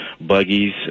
buggies